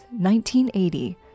1980